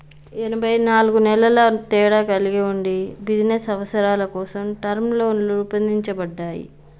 ఎనబై నాలుగు నెలల తేడా కలిగి ఉండి బిజినస్ అవసరాల కోసం టర్మ్ లోన్లు రూపొందించబడ్డాయి